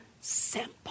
simple